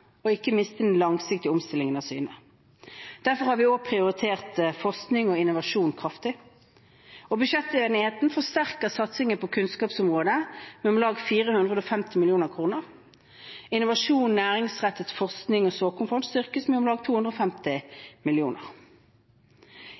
avgjørende ikke å miste den langvarige omstillingen av syne. Derfor har vi også prioritert forskning og innovasjon kraftig. Budsjettenigheten forsterker satsingen på kunnskapsområdet med om lag 450 mill. kr. Innovasjon, næringsrettet forskning og såkornfond styrkes med om lag 250 mill. kr.